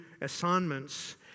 assignments